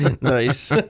Nice